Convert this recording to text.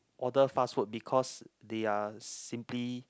order fast food because they are simply